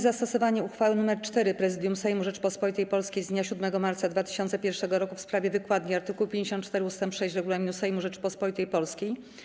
zastosowanie uchwały nr 4 Prezydium Sejmu Rzeczypospolitej Polskiej z dnia 7 marca 2001 r. w sprawie wykładni art. 54 ust. 6 Regulaminu Sejmu Rzeczypospolitej Polskiej.